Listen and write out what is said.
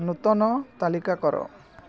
ନୂତନ ତାଲିକା କର